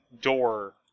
door